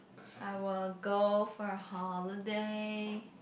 I will go for a holiday